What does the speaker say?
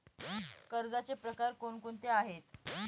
कर्जाचे प्रकार कोणकोणते आहेत?